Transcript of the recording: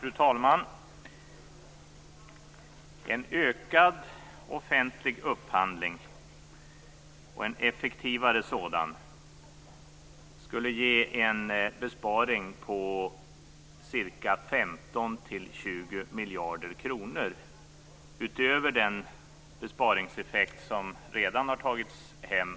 Fru talman! En ökad offentlig upphandling och en effektivare sådan skulle ge en besparing på 15-20 miljarder kronor, utöver den besparingseffekt som redan tagits hem